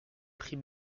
prie